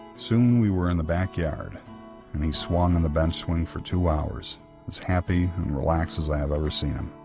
soon we were in the backyard and he swung on the bench swing for two hours as happy and relaxed as i've ever seen him.